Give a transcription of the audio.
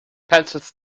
pencils